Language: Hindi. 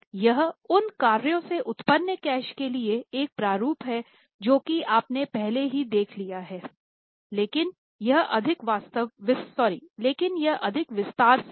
यह उन कार्यों से उत्पन्न कैश के लिए एक प्रारूप है जो कि आपने पहले ही देख लिया है लेकिन यह अधिक विस्तार से है